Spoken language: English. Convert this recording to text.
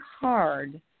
hard